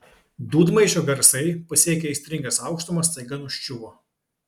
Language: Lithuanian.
dūdmaišio garsai pasiekę aistringas aukštumas staiga nuščiuvo